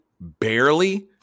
Barely